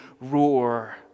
roar